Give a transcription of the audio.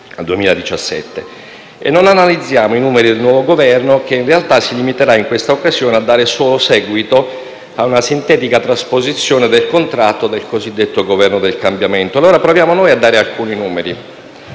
e non analizziamo i numeri del nuovo Governo che, in realtà, si limiterà in questa occasione a dare solo seguito ad una sintetica trasposizione del contratto del cosiddetto Governo del cambiamento. Proviamo noi, allora, a dare alcuni numeri: